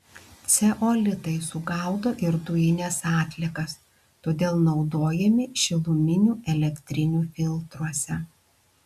ceolitai sugaudo ir dujines atliekas todėl naudojami šiluminių elektrinių filtruose